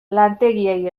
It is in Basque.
lantegiei